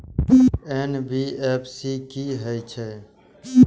NBFC की हे छे?